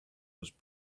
was